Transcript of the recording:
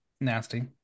nasty